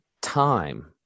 time